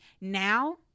now